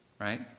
right